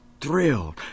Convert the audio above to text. thrilled